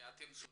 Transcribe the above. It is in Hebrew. שאתם צודקים.